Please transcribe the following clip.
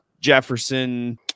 jefferson